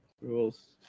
Rules